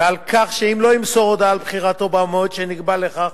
ועל כך שאם לא ימסור הודעה על בחירתו במועד שנקבע לכך,